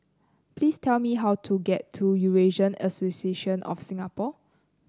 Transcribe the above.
please tell me how to get to Eurasian Association of Singapore